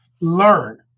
learn